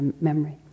memory